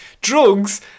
drugs